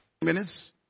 minutes